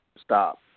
stop